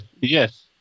Yes